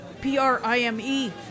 P-R-I-M-E